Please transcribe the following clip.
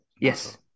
Yes